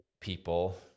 people